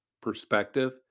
perspective